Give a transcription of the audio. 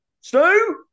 Stu